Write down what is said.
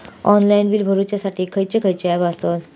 Online bill भरुच्यासाठी खयचे खयचे ऍप आसत?